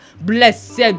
Blessed